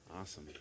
Awesome